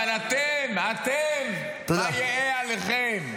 אבל אתם, אתם מה יהיה עליכם?